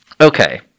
Okay